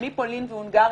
החל בפולין והונגריה,